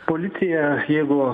policija jeigu